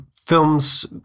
films